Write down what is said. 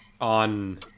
on